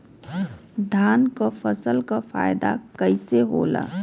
धान क फसल क फायदा कईसे होला?